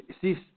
See